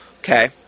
Okay